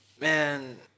Man